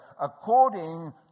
according